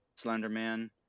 Slenderman